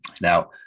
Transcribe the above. Now